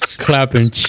Clapping